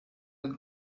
den